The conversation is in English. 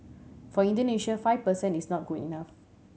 for Indonesia five per cent is not good enough